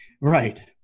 right